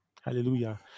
Hallelujah